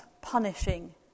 punishing